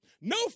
No